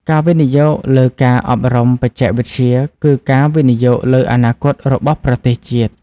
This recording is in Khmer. ការវិនិយោគលើការអប់រំបច្ចេកវិទ្យាគឺការវិនិយោគលើអនាគតរបស់ប្រទេសជាតិ។